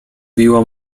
biło